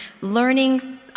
learning